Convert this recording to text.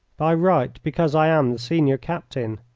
by right because i am the senior captain.